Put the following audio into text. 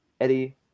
Eddie